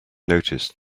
noticed